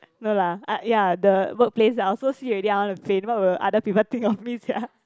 no lah ah ya the workplace I also see already I want to faint what will other people think of me sia